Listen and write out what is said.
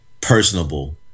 personable